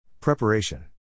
Preparation